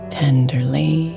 tenderly